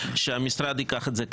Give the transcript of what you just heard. שהמשרד ייקח את זה.